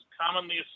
commonly